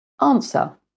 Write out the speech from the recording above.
Answer